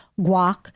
guac